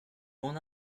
m’en